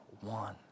one